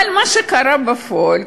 אבל מה שקרה בפועל,